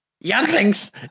younglings